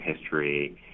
history